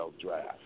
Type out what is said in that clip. draft